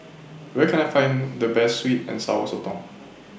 Where Can I Find The Best Sweet and Sour Sotong